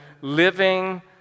living